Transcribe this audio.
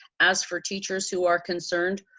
as for teachers who are concerned,